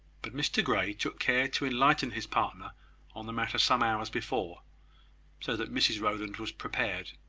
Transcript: but mr grey took care to enlighten his partner on the matter some hours before so that mrs rowland was prepared.